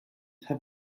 have